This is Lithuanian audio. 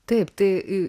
taip tai